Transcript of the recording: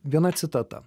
viena citata